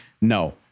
No